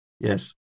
Yes